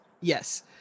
Yes